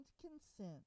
consent